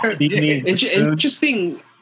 interesting